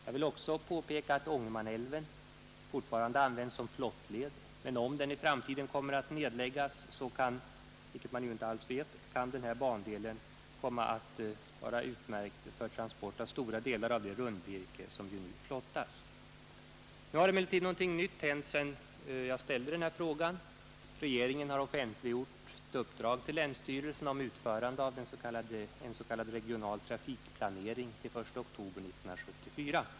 Jag vill också påpeka att Ångermanälven fortfarande används såsom flottled, men om flottningen i framtiden kommer att nedläggas -- vilket man i dag inte alls vet — kan denna bandel komma att vara utmärkt för transport av stora delar av det rundvirke som nu flottas. Nu har emellertid någonting nytt hänt sedan jag ställde min fråga. Regeringen har offentliggjort sitt uppdrag till länsstyrelserna om utförande av en s.k. regional trafikplanering till den 1 oktober 1974.